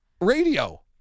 radio